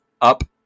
up